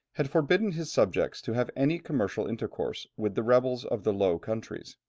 had forbidden his subjects to have any commercial intercourse with the rebels of the low countries.